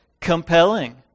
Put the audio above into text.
compelling